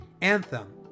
anthem